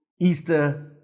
Easter